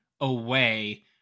away